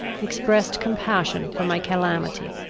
expressed compassion for my calamity.